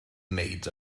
wneud